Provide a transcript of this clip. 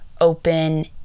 open